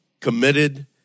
committed